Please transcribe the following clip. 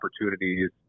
opportunities